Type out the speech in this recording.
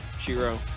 Shiro